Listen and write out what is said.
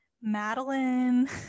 Madeline